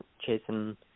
chasing –